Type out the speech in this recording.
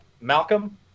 Malcolm